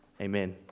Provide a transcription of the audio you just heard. Amen